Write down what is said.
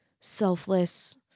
selfless